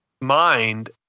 mind